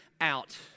out